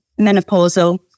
menopausal